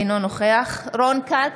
אינו נוכח רון כץ,